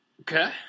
Okay